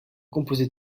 composés